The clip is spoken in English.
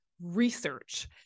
research